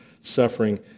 suffering